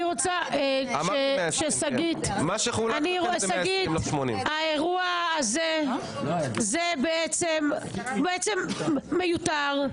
שגית, האירוע הזה בעצם מיותר.